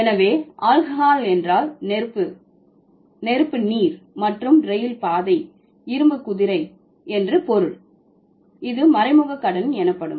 எனவே ஆல்கஹால் என்றால் நெருப்பு நீர் மற்றும் இரயில் பாதை இரும்பு குதிரை என்று பொருள் இது மறைமுக கடன் எனப்படும்